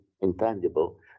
intangible